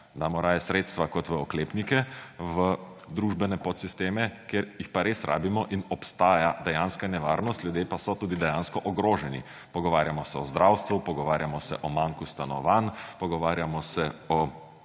Damo raje sredstva kot v oklepnike v družbene podsisteme, kjer jih pa res rabimo in obstaja dejanska nevarnost, ljudje pa so tudi dejansko ogroženi. Pogovarjamo se o zdravstvu, pogovarjamo se o manku stanovanj, pogovarjamo se o